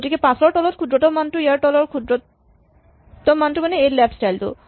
গতিকে ৫ৰ তলৰ ক্ষুদ্ৰতম মানটো ইয়াৰ তলৰ ক্ষুদ্ৰতম মানটো মানে লেফ্ট চাইল্ড টো